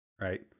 right